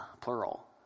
plural